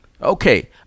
Okay